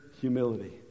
humility